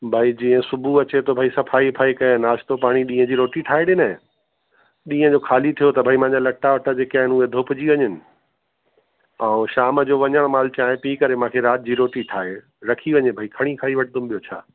भाई जीअं सुबुह अचे थो भाई सफ़ाई वफ़ाई कयई नाश्तो पाणी ॾींहं जी रोटी ठाहे ॾीनई ॾींहं जो ख़ाली थियो त भाई मांजा लटा वटा जेके आहिनि उहे धोपिजी वञनि ऐं शाम जो वञण महिल चांहि पी करे मांखे राति जी रोटी ठाहे रखी वञे भाई खणी खाई वठंदमि ॿियों छा